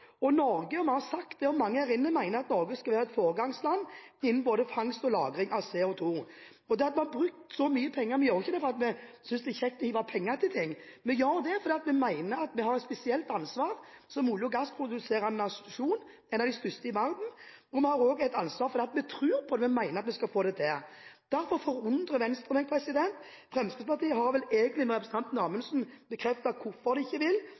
at Norge skulle være et foregangsland innen både fangst og lagring av CO2. Til det at vi har brukt så mye penger: Vi gjør ikke det fordi vi synes det er kjekt å hive penger etter ting; vi gjør det fordi vi mener at vi har et spesielt ansvar som olje- og gassproduserende nasjon – en av de største i verden – og vi har også et ansvar fordi vi tror på det og mener at vi skal få det til. Derfor forundrer Venstre meg. Fremskrittspartiet har vel egentlig med representanten Amundsen bekreftet hvorfor de ikke vil,